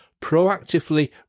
Proactively